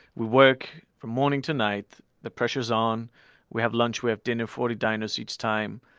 we work from morning to night. the pressure is on we have lunch, we have dinner, forty diners each time.